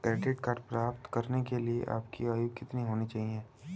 Credit card प्राप्त करने के लिए आपकी आयु कितनी होनी चाहिए?